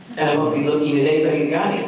won't be looking at anyone in